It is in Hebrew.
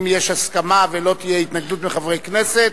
אם יש הסכמה ולא תהיה התנגדות מחברי כנסת,